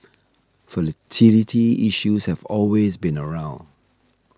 fertility issues have always been around